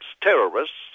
terrorists